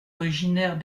originaire